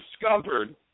discovered